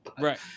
Right